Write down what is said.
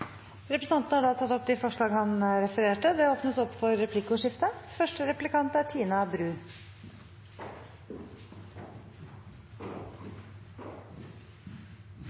Representanten Lars Haltbrekken har tatt opp de forslagene han refererte til. Det åpnes for replikkordskifte. Representanten Haltbrekken er